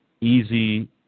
easy